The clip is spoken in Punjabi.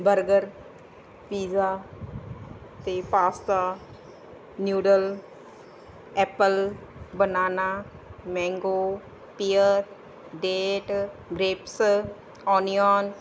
ਬਰਗਰ ਪੀਜ਼ਾ ਤੇ pasta noodle apple banana mango pear date grapes onion